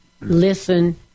listen